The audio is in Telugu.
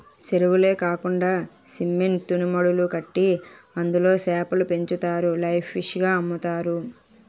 సెరువులే కాకండా సిమెంట్ తూనీమడులు కట్టి అందులో సేపలు పెంచుతారు లైవ్ ఫిష్ గ అమ్ముతారు